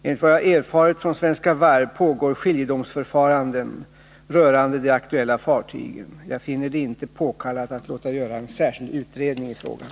Enligt vad jag erfarit från Svenska Varv AB pågår skiljedomsförfaranden rörande de aktuella fartygen. Jag finner det inte påkallat att låta göra en särskild utredning i frågan.